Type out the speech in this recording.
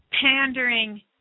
pandering